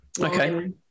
Okay